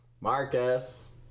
Marcus